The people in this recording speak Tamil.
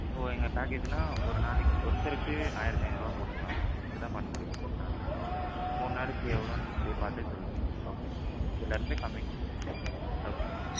இப்போது எங்கள் பேக்கேஜுனால் ஒரு நாளைக்கு ஒருத்தருக்கு ஆயிரத்தி ஐநூறுபா போட்டுக்கலாம் மேடம் இப்படிதான் பண்ண முடியும் ஓகேவா ஒரு நாளைக்கு மூணு நாளைக்கு எவ்வளோனு நீங்களே பார்த்து சொல்லுங்கள் ஓகே இதிலருந்து கம்மி ஓகேங்க